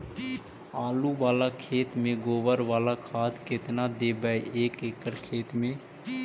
आलु बाला खेत मे गोबर बाला खाद केतना देबै एक एकड़ खेत में?